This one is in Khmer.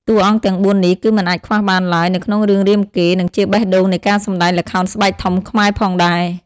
តួអង្គទាំងបួននេះ គឺមិនអាចខ្វះបានឡើយនៅក្នុងរឿងរាមកេរ្តិ៍ និងជាបេះដូងនៃការសម្ដែងល្ខោនស្បែកធំខ្មែរផងដែរ ។